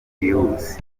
bwihuse